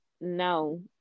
No